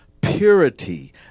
purity